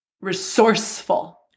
resourceful